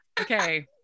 Okay